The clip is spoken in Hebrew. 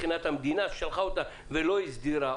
מבחינת המדינה ששלחה אותם ולא הסדירה,